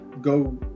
go